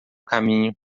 caminho